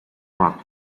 rock